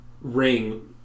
ring